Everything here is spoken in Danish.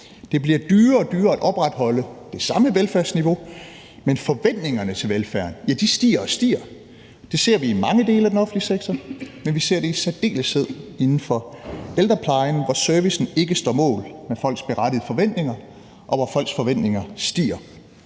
Det bliver dyrere og dyrere at opretholde det samme velfærdsniveau, men forventningerne til velfærden stiger og stiger. Det ser vi i mange dele af den offentlige sektor, men vi ser det i særdeleshed inden for ældreplejen, hvor servicen ikke står mål med folks berettigede forventninger, og hvor folks forventninger stiger.